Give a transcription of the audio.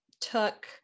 took